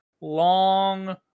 long